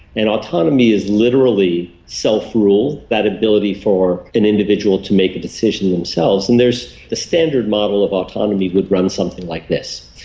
and autonomy is literally self-rule, that ability for an individual to make a decision themselves and there's a standard model of autonomy would run something like this.